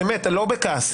לא בכעס.